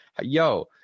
yo